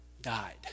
died